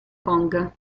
kong